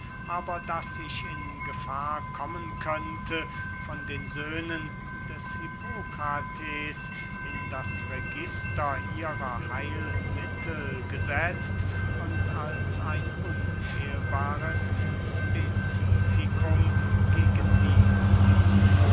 aber daß ich in gefahr kommen könnte von den söhnen des hippokrates in das register ihrer heilmittel gesetzt und als ein unfehlbares specifikum gegen die